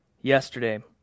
yesterday